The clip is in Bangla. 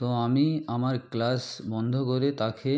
তো আমি আমার ক্লাস বন্ধ করে তাকে